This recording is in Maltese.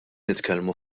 nitkellmu